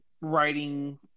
writing